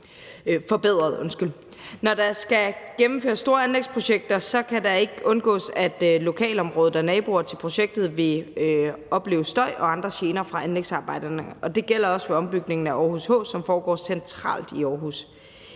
forbedret. Når der skal gennemføres store anlægsprojekter, kan det ikke undgås, at lokalområdet og naboer til projekter vil opleve støj og andre gener fra anlægsarbejderne. Det gælder også for ombygningen af Aarhus H, som foregår centralt i Aarhus.